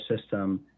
system